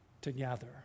together